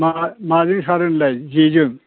मा माजों सारो नोंलाय जेजों